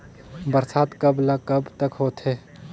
बरसात कब ल कब तक होथे?